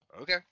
Okay